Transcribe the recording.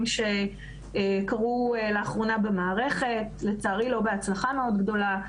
שקרו לאחרונה במערכת - לצערי לא בהצלחה מאוד גדולה.